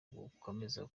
gukomeza